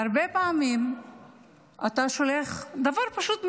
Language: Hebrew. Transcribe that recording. הרבה פעמים אתה שולח דבר פשוט מאוד,